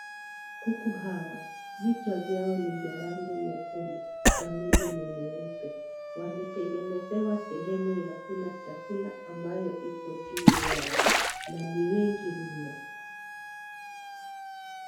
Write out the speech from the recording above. Kuku hawa, vichwa vyao ni vya rangi nyekundu na mwili ni mweupe. Wametengenezewa sehemu ya kula chakula ambayo iko juu yao, na ni wengi mno.